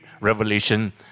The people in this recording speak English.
Revelation